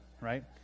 right